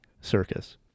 Circus